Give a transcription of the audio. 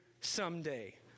someday